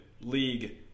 league